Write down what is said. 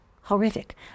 horrific